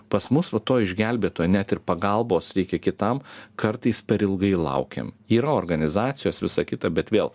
pas mus va to išgelbėto net ir pagalbos reikia kitam kartais per ilgai laukėm ir organizacijos visa kita bet vėl